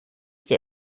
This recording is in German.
der